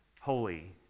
Holy